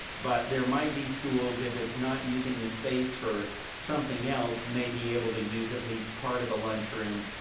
but there might be schools, if it's not using this space for something else, maybe able to use at least part of a lunch room,